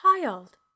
child